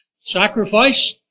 sacrifice